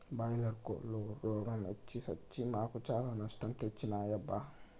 boiler కోల్లు రోగ మొచ్చి సచ్చి మాకు చాలా నష్టం తెచ్చినాయబ్బా